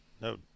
No